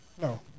No